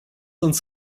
uns